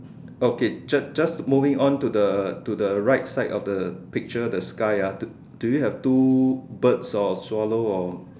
okay just just moving on to the to the right side of the picture the sky ah do do you have two birds or swallow or